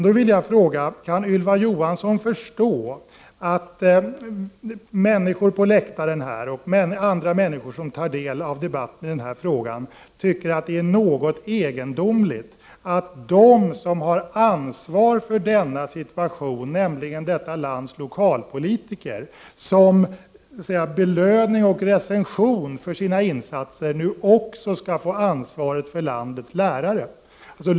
Då vill jag fråga: Kan Ylva Johansson förstå att människor på läktaren och andra människor som tar del av debatten i denna fråga tycker att det är något egendomligt att de som har ansvar för denna situation, nämligen detta lands lokalpolitiker, såsom belöning för sina insatser nu skall få ansvaret också för landets lärare?